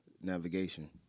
navigation